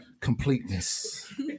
completeness